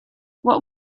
what